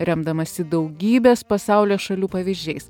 remdamasi daugybės pasaulio šalių pavyzdžiais